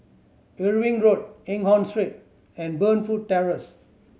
Irving Road Eng Hoon Street and Burnfoot Terrace